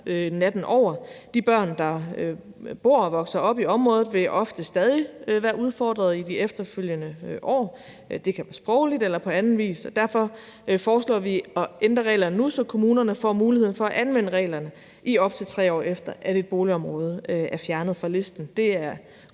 natten. De børn, der bor og vokser op i området, vil ofte stadig være udfordret i de efterfølgende år – det kan være sprogligt eller på anden vis. Derfor foreslår vi at ændre reglerne nu, så kommunerne får muligheden for at anvende reglerne, i op til 3 år efter at et boligområde er fjernet fra listen. Det er